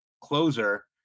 closer